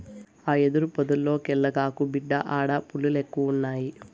ఆ యెదురు పొదల్లోకెల్లగాకు, బిడ్డా ఆడ పులిలెక్కువున్నయి